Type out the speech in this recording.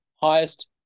highest